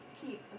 keep